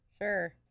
Sure